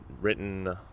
written